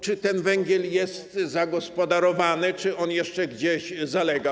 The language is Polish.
Czy ten węgiel jest zagospodarowany, czy on jeszcze gdzieś zalega?